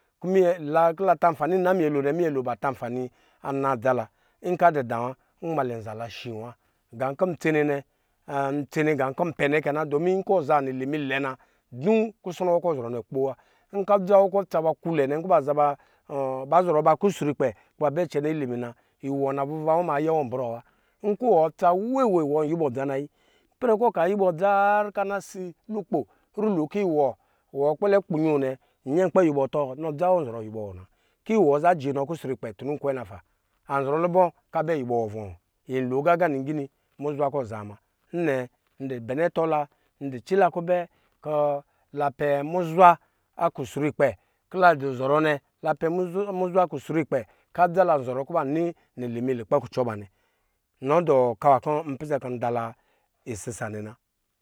la kɔ la ta nfani ana minyɛ lo minyɛ lo ba ta nfani ana dza la nka adɔ da wa nmalɛ anza la shi wa gan kɔ ntsene nɛ ntsene gan kɔ npɛnɛ kɛna domi nkɔ ɔza linimi lɛ na kusɔ nɔ wɔ kɔ ɔzɔrɔ nɛ akpoo wa, adza wɔkɔ ɔ dza ba ku nɛ nkɔ ba zɔrɔ ba kusru kpɛ kɔ ba bɛ cɛnɛ ilimi na iwɔ na vuva wɔ ma ayɛ wɔ anbrɔɔ wa nkɔ wɔ dza weewe wɔn yuwɔ dza nayi ipɛrɛ kɔ ɔka yuwɔ dza har kɔ ana si lukpo kɔ iwɔ wɔ kpɛlɛ kpunyo nɛ nyɛ kpɛ yuwɔ iwɔ tɔɔ nɔ dza wɔ nɔ zɔrɔ yuwɔ iwɔ na kɔ iwɔ za jɔɔ inɔ kusrukdɛ tunu nkwɛ na pa anzɔrɔ lubɔ kɔ anbɛ yuwɔ iwɔ vɔɔ ko agaga nigini muzwa kɔ azaa muna anɛ ndɔ bɛn ɛ atɔ la ndu cila kubɛ kɔ la pɛ muzwa kusrukpz kɔ la du zɔrɔ nɛ la pɛ muzwa kusrukpɛ kɔ adzala zɔrɔ kɔ ba nɔ litiimi lukpɛ kucɔ ba nɛ nɔdɔ ɔka nwa kɔ n pisɛ kɔ ndala isisa wa nɛ na.